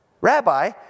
Rabbi